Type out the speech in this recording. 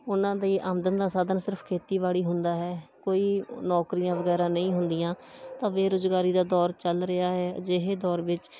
ਉਹਨਾਂ ਦੀ ਆਮਦਨ ਦਾ ਸਾਧਨ ਸਿਰਫ਼ ਖੇਤੀਬਾੜੀ ਹੁੰਦਾ ਹੈ ਕੋਈ ਨੌਕਰੀਆਂ ਵਗੈਰਾ ਨਹੀਂ ਹੁੰਦੀਆਂ ਤਾਂ ਬੇਰੁਜ਼ਗਾਰੀ ਦਾ ਦੌਰ ਚੱਲ ਰਿਹਾ ਹੈ ਅਜਿਹੇ ਦੌਰ ਵਿੱਚ